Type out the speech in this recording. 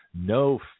no